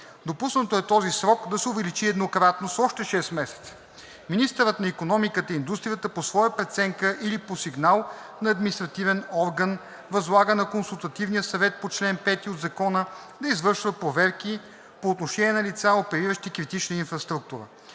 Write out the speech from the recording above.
Допуснато е този срок да се увеличи еднократно с още 6 месеца. Министърът на икономиката и индустрията по своя преценка или по сигнал на административен орган възлага на Консултативния съвет по чл. 5 от Закона да извършва проверки по отношение на лица, опериращи критична инфраструктура.